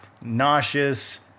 nauseous